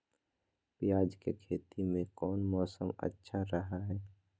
प्याज के खेती में कौन मौसम अच्छा रहा हय?